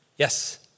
Yes